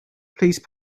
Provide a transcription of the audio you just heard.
please